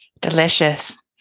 delicious